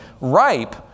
ripe